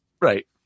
Right